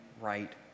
right